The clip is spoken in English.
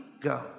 go